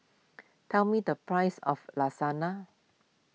tell me the price of Lasagna